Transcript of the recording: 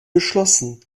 geschlossen